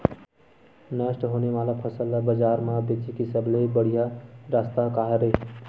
नष्ट होने वाला फसल ला बाजार मा बेचे के सबले बढ़िया रास्ता का हरे?